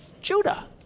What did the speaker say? Judah